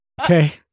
okay